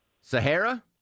Sahara